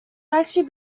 actually